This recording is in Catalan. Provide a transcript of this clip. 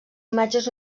imatges